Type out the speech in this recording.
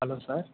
hello sir